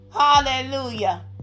Hallelujah